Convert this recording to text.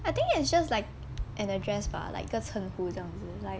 I think it's just like an address bah like 个称呼这样